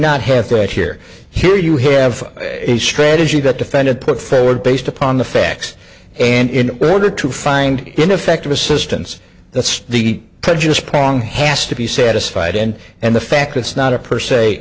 not have thread here here you have a strategy that defendant put forward based upon the facts and in order to find ineffective assistance that's the prejudice prong has to be satisfied and and the fact it's not a per